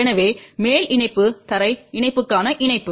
எனவே மேல் இணைப்பு தரை இணைப்புக்கான இணைப்பு